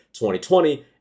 2020